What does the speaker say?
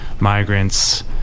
migrants